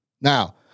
Now